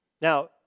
Now